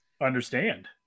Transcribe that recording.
understand